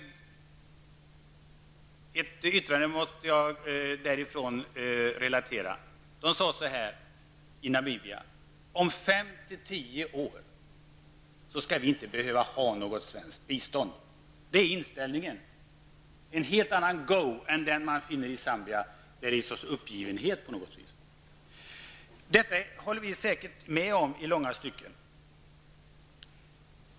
Ett yttrande från Namibia måste jag relatera: Om 5--10 år skall vi inte behöva ha något svenskt bistånd. Det är inställningen. Det är en helt annan ''go'' än den man finner i Zambia, där någon sorts uppgivenhet råder. Detta håller vi säkert med om i långa stycken.